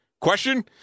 Question